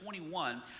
21